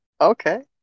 Okay